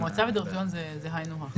מועצה ודירקטוריון זה היינו הך.